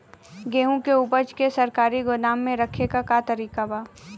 गेहूँ के ऊपज के सरकारी गोदाम मे रखे के का तरीका बा?